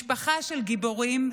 משפחה של גיבורים,